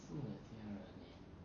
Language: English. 其他人 meh